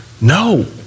No